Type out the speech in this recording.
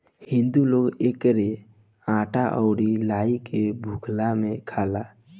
हिंदू लोग एकरो आटा अउरी लाई के भुखला में खाला